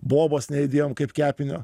bobos neįdėjom kaip kepinio